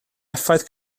effaith